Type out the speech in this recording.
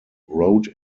wrote